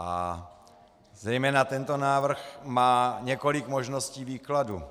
A zejména tento návrh má několik možností výkladu.